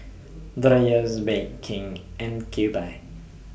Dreyers Bake King and Kewpie